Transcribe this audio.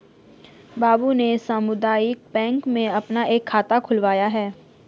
बाबू ने सामुदायिक बैंक में अपना एक खाता खुलवाया है